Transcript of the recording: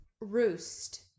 Roost